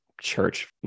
church